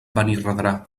benirredrà